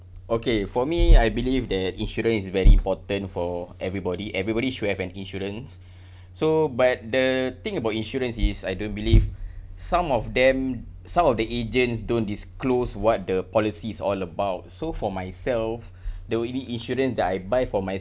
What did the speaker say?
okay for me I believe that insurance is very important for everybody everybody should have an insurance so but the thing about insurance is I don't believe some of them some of the agents don't disclose what the policy is all about so for myself the only insurance that I buy for myself